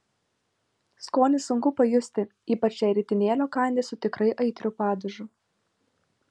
skonį sunku pajusti ypač jei ritinėlio kandi su tikrai aitriu padažu